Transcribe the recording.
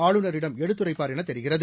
ஆளுநரிடம் எடுத்துரைப்பார் எனத் தெரிகிறது